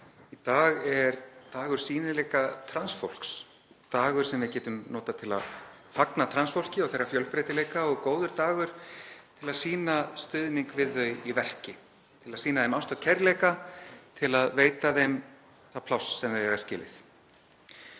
Í dag er dagur sýnileika trans fólks, dagur sem við getum notað til að fagna trans fólki og þeirra fjölbreytileika og góður dagur til að sýna stuðning við þau í verki, til að sýna þeim ást og kærleika, til að veita þeim það pláss sem þau eiga skilið.